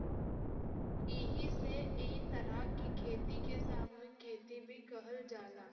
एही से इ तरह के खेती के सामूहिक खेती भी कहल जाला